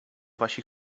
wasi